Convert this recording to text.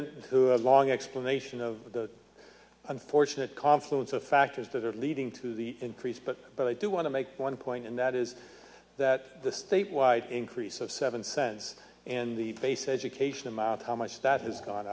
it long explanation of the unfortunate confluence of factors that are leading to the increase but but i do want to make one point and that is that the statewide increase of seven cents and the base education amount how my stat has gone